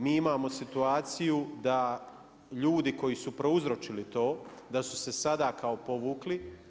Mi imamo situaciju da ljudi koji su prouzročili to da su se sada kao povukli.